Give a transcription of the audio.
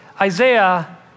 Isaiah